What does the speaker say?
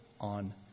on